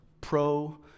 pro